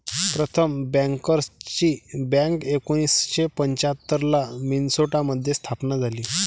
प्रथम बँकर्सची बँक एकोणीसशे पंच्याहत्तर ला मिन्सोटा मध्ये स्थापन झाली